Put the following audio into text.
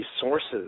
sources